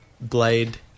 Blade